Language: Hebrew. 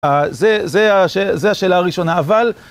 זה, זה השאלה הראשונה, אבל...